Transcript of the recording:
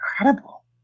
incredible